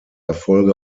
erfolge